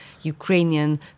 Ukrainian